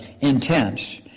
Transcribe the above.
intense